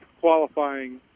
qualifying